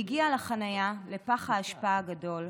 היא הגיעה לחניה, לפח האשפה הגדול,